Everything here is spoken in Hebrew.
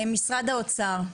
משרד האוצר.